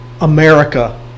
America